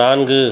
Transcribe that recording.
நான்கு